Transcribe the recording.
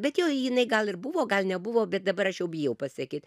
bet jo jinai gal ir buvo gal nebuvo bet dabar aš jau bijau pasakyt